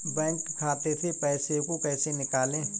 Bank खाते से पैसे को कैसे निकालें?